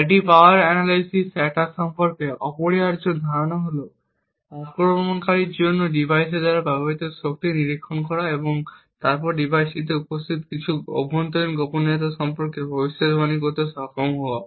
একটি power analysis attack সম্পর্কে অপরিহার্য ধারণা হল আক্রমণকারীর জন্য ডিভাইসের দ্বারা ব্যবহৃত শক্তি নিরীক্ষণ করা এবং তারপর ডিভাইসটিতে উপস্থিত কিছু অভ্যন্তরীণ গোপনীয়তা সম্পর্কে ভবিষ্যদ্বাণী করতে সক্ষম হওয়া